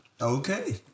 Okay